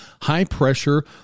high-pressure